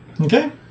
Okay